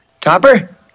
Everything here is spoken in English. Topper